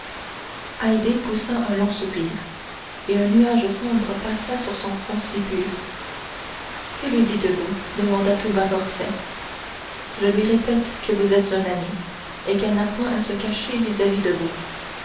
poussa un long soupir et un nuage sombre passa sur son front si pur que lui dites-vous demanda tout bas morcerf je lui répète que vous êtes un ami et qu'elle n'a point à se cacher vis-à-vis de vous